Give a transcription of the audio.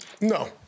No